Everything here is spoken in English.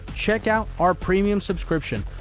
check out our premium subscription,